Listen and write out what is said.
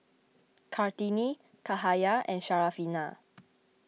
Kartini Cahaya and Syarafina